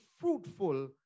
fruitful